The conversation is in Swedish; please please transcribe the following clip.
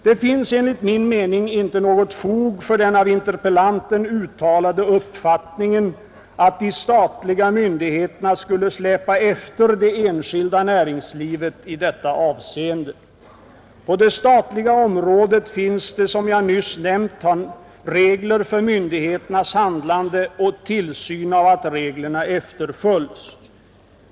Det finns enligt min mening inte något fog för den av interpellanten uttalade uppfattningen att de statliga myndigheterna skulle släpa efter det enskilda näringslivet i detta avseende. På det statliga området finns det som jag nyss har nämnt regler för myndigheternas handlande och tillsyn av att reglerna efterföljs.